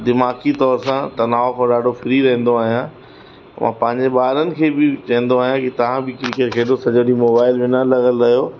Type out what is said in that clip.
दिमाग़ी तौर सां तनाव खां ॾाढो फ़्री रहंदो आहियां मां पंहिंजे ॿारनि खे बि चवंदो आहियां की तव्हां बि क्रिकेट खेलो सॼो ॾींहुं मोबाइल ते न लॻल रहो